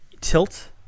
tilt